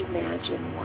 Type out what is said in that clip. Imagine